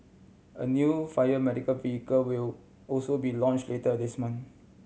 a new fire medical vehicle will also be launch later this month